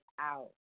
out